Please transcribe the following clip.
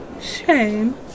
Shame